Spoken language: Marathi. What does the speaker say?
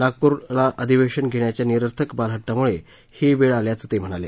नागप्रला अधिवेशन घेण्याच्या निरर्थक बालहट्टामुळे ही वेळ आल्याचं ते म्हणाले